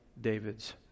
David's